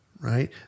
right